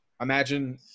imagine